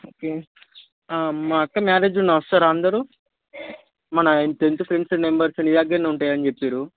okay మా అక్క marriage ఉన్నది వస్తారా అందరూ మన టెన్త్ ఫ్రెండ్స్ నెంబర్స్ నీ దగ్గరనే ఉంటాయని చెప్పారు